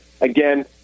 again